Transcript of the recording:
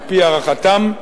על-פי הערכתם,